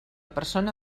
persona